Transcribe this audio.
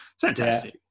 fantastic